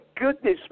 goodness